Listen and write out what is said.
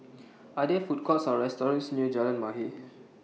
Are There Food Courts Or restaurants near Jalan Mahir